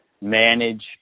manage